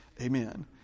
Amen